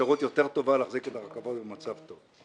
ואפשרות יותר טובה להחזיק את הרכבות במצב טוב.